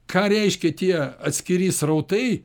ką reiškia tie atskiri srautai